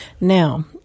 Now